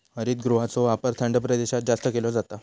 हरितगृहाचो वापर थंड प्रदेशात जास्त केलो जाता